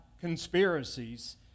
conspiracies